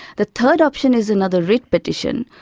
the third option is another writ petition,